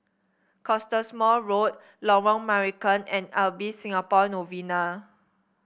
Cottesmore Road Lorong Marican and Ibis Singapore Novena